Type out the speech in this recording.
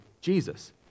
Jesus